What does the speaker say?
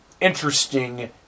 interesting